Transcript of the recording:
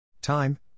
Time